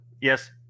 yes